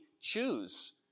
choose